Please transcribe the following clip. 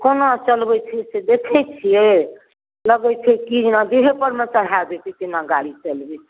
कोना चलबैत छै से देखैत छियै लागैत छै की जेना देहे परमे चढ़ा देतै तेना गाड़ी चलबैत छै